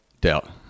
doubt